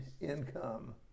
income